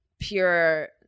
pure